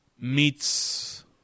meets